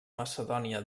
macedònia